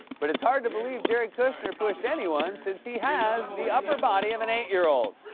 but it's hard to believe jared kushner pushed anyone, since he has the upper body of an eight year old.